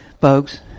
Folks